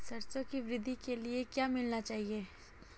सरसों की वृद्धि के लिए क्या मिलाना चाहिए?